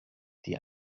die